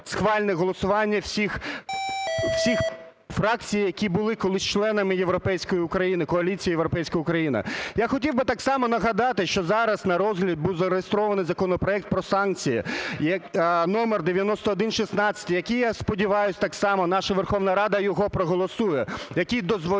Я хотів би так само нагадати, що зараз на розгляд був зареєстрований законопроект про санкції (№ 9116), який, я сподіваюсь, так само наша Верховна Рада його проголосує, який дозволяє